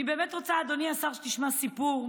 אני באמת רוצה, אדוני השר, שתשמע סיפור.